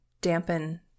dampen